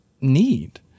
need